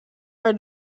are